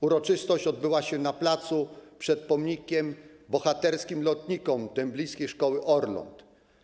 Uroczystość odbyła się na placu przed pomnikiem Bohaterskim Lotnikom Dęblińskiej Szkoły Orląt.